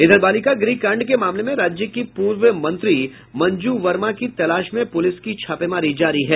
इधर बालिका गृह कांड के मामले में राज्य की पूर्व मंत्री मंजू वर्मा की तलाश में पुलिस की छापेमारी जारी है